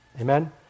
Amen